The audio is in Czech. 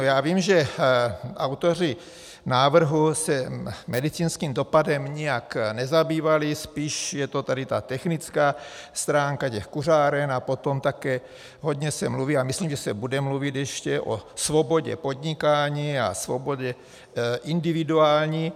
Já vím, že autoři návrhu se medicínským dopadem nijak nezabývali, spíš je to tady technická stránka těch kuřáren a potom také se hodně mluví a myslím, že se ještě bude mluvit, o svobodě podnikání a svobodě individuální.